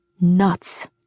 Nuts